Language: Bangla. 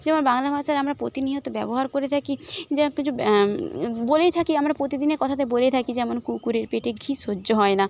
যেমন বাংলা ভাষায় আমরা প্রতিনিয়ত ব্যবহার করে থাকি কিছু বলেই থাকি আমরা প্রতিদিনের কথাতে বলেই থাকি যেমন কুকুরের পেটে ঘি সহ্য হয় না